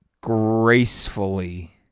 gracefully